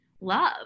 love